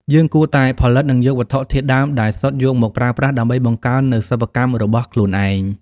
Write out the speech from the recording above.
យើងគួរតែផលិតនិងយកវត្ថុធាតុដើមដែលសុទ្ធយកមកប្រើប្រាស់ដើម្បីបង្កើននូវសិប្បកម្មរបស់ខ្លួនឯង។